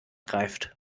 greift